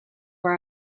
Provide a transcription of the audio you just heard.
our